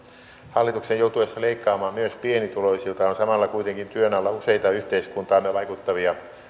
hallituksen joutuessa leikkaamaan myös pienituloisilta on samalla kuitenkin työn alla useita yhteiskuntaamme vaikuttavia